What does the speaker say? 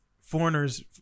Foreigners